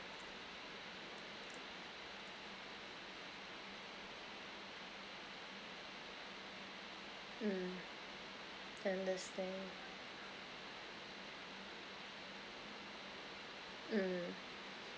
mm understand mm